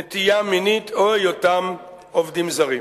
נטייה מינית או היותם עובדים זרים.